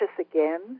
again